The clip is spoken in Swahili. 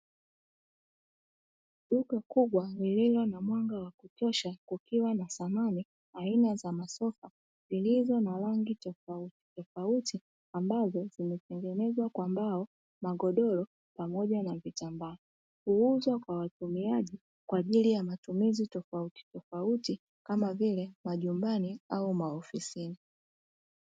Duka kubwa lililo na mwanga wa kutosha kukiwa na samani aina za masofa zilizo na rangi tofautitofauti ambazo zimetengenezwa kwa mbao, magodoro pamoja na vitambaa. Huuzwa kwa watumiaji kwa ajili ya matumizi tofautitofauti kama vile majumbani au maofisini.